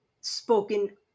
spoken